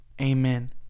Amen